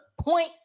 Point